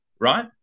right